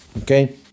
okay